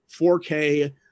4k